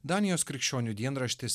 danijos krikščionių dienraštis